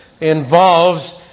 involves